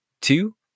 two